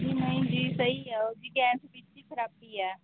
ਨਹੀਂ ਜੀ ਸਹੀ ਆ ਉਹਦੀ ਗੈਸ ਵਿਚ ਹੀ ਖ਼ਰਾਬੀ ਐ